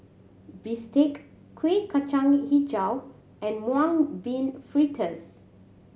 bistake Kuih Kacang Hijau and Mung Bean Fritters